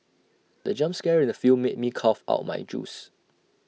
the jump scare in the film made me cough out my juice